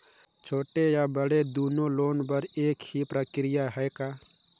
छोटे या बड़े दुनो लोन बर एक ही प्रक्रिया है का?